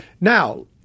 Now